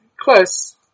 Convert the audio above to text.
Close